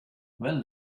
well